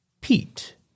Pete